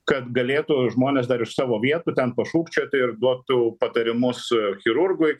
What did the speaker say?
kad galėtų žmonės dar iš savo vietų ten pašūkčioti ir duotų patarimus chirurgui